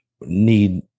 need